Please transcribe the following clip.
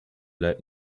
let